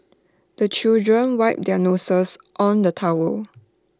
the children wipe their noses on the towel